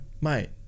mate